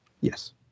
Yes